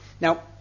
Now